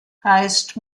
heißt